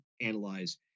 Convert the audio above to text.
analyze